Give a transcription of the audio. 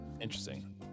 Interesting